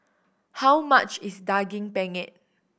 how much is Daging Penyet